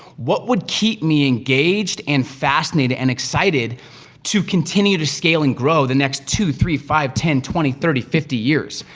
what would keep me engaged, and fascinated, and excited to continue to scale and grow the next two, three, five, ten, twenty, thirty, fifty years?